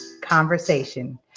conversation